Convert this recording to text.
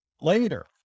Later